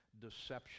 deception